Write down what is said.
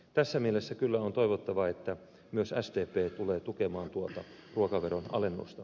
tässä mielessä kyllä on toivottavaa että myös sdp tulee tukemaan tuota ruokaveron alennusta